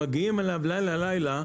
מגיעים אליו לילה-לילה,